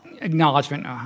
acknowledgement